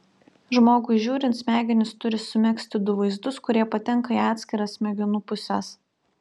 žmogui žiūrint smegenys turi sumegzti du vaizdus kurie patenka į atskiras smegenų puses